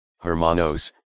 hermanos